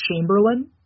Chamberlain